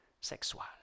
sexual